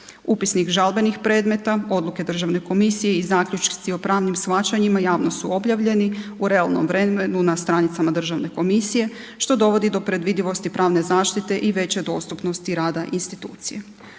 Upisnik žalbenih predmeta, odluke državne komisije i zaključci o pravnim shvaćanjima javno su objavljeni u realnom vremenu na stranicama državne komisije, što dovodi do predvidivosti pravne zaštite i veće dostupnosti rada institucije.